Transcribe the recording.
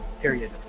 period